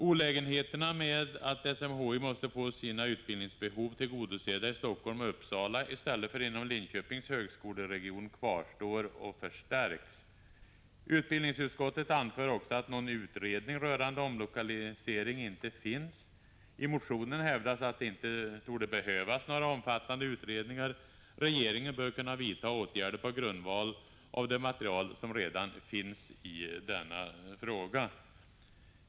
Olägenheterna med att SMHI måste få sina utbildningsbehov tillgodosedda i Helsingfors och Uppsala i stället för inom Linköpings högskoleregion kvarstår och förstärks. Utbildningsutskottet anför också att någon utredning rörande omlokalisering inte finns. I motionen hävdas att det inte torde behövas några omfattande utredningar. Regeringen bör kunna vidta åtgärder på grundval av det material som redan finns i denna fråga.